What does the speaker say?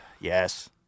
yes